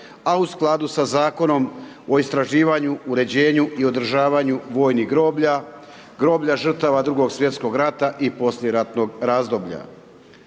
a u skladu sa Zakonom o istraživanja, uređenju i održavanju vojnih groblja, groblja žrtava 2.sv. rata i poslijeratnog razdoblja.